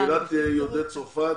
שקהילת יהודי צרפת